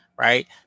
right